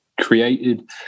created